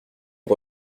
une